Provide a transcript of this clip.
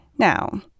Now